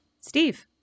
Steve